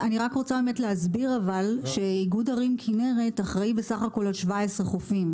אני רק רוצה להסביר שאיגוד ערים כנרת אחראי בסך הכל על 17 חופים.